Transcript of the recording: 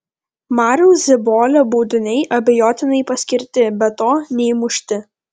mariaus zibolio baudiniai abejotinai paskirti be to neįmušti